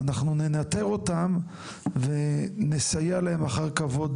אנחנו ננטר אותם ונסייע להם אחר כבוד